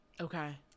Okay